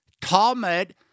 Talmud